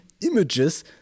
images